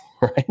right